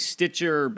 Stitcher